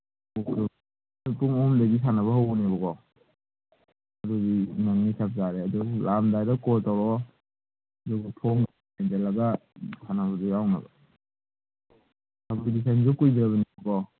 ꯄꯨꯡ ꯑꯍꯨꯝꯗꯒꯤ ꯁꯥꯟꯅꯕ ꯍꯧꯕꯅꯦꯕꯀꯣ ꯑꯗꯨꯗꯤ ꯅꯪꯅꯤ ꯆꯞ ꯆꯥꯔꯦ ꯑꯗꯨꯝ ꯂꯥꯛꯑꯝꯗꯥꯏꯗ ꯀꯣꯜ ꯇꯧꯔꯛꯑꯣ ꯑꯗꯨꯒ ꯐꯣꯝ ꯃꯦꯟꯁꯜꯂꯒ ꯁꯥꯟꯅꯕꯗꯨ ꯌꯥꯎꯅꯕ ꯀꯝꯄꯤꯇꯤꯁꯟꯁꯨ ꯀꯨꯏꯗ꯭ꯔꯕꯅꯤꯀꯣ